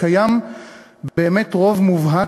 קיים באמת רוב מובהק,